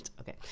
Okay